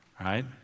right